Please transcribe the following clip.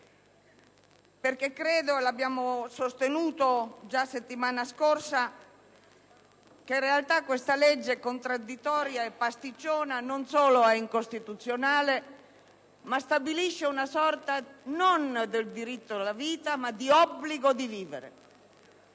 perché credo - lo abbiamo sostenuto già la settimana scorsa - che in realtà questa legge contraddittoria e pasticciona non solo è incostituzionale, ma stabilisce una sorta non di diritto alla vita, bensì di obbligo di vivere